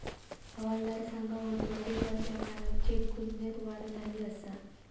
हवालदार सांगा होतो, अलीकडल्या काळात चेक गुन्ह्यांत वाढ झाली आसा